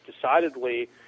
decidedly